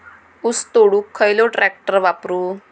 ऊस तोडुक खयलो ट्रॅक्टर वापरू?